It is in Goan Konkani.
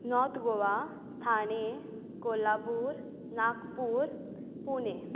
नोर्थ गोवा थाणें कोल्हापूर नागपूर पुणे